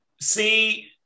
see